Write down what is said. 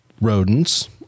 rodents